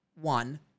one